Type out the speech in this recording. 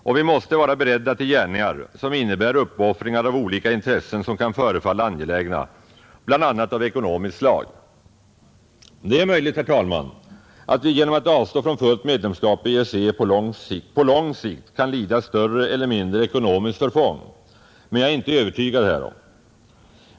Och vi måste vara beredda till gärningar som innebär uppoffringar av olika intressen, som kan förefalla angelägna, bl.a. av ekonomiskt slag. Det är möjligt, herr talman, att vi genom att avstå från fullt medlemskap i EEC på lång sikt kan lida större eller mindre ekonomiskt förfång, men jag är inte övertygad härom.